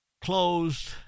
closed